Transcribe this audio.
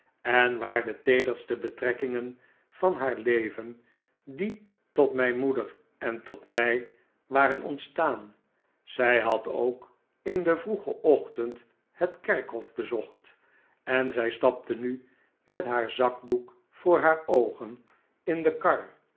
en waar de teederste betrekkingen y an haar leven die tot mijn moeder en tot mij waren ontstaan zij had ook in den vroegen ochtend het kerkhof bezocht en zij stapte nu met haar zakdoek voor haar oogen in de kar